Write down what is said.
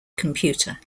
computer